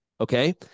okay